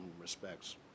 respects